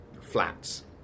flats